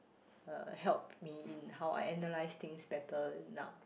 uh help me in how I analyse things better now